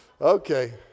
Okay